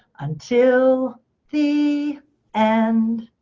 until the and